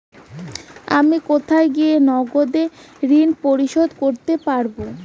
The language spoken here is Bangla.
আমি কোথায় গিয়ে নগদে ঋন পরিশোধ করতে পারবো?